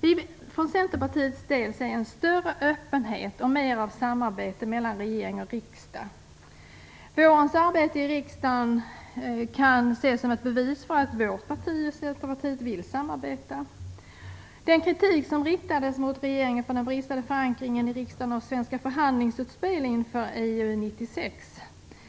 Vi vill för Centerpartiets del se en större öppenhet och mer av samarbete mellan regering och riksdag. Vårens arbete i riksdagen kan ses som ett bevis för att vårt parti vill samarbeta. Den kritik som riktas mot regeringen för den bristande förankringen i riksdagen av svenska förhandlingsutspel inför IGC